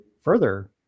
further